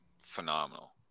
phenomenal